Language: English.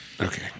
Okay